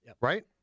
right